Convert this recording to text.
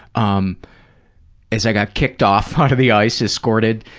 um is i got kicked off out of the ice, escorted,